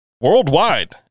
worldwide